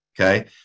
okay